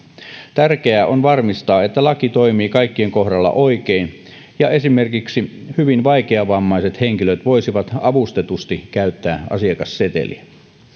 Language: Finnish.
tärkeää on varmistaa että laki toimii kaikkien kohdalla oikein ja esimerkiksi hyvin vaikeavammaiset henkilöt voisivat avustetusti käyttää asiakasseteliä